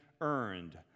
earned